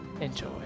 Enjoy